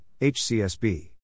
HCSB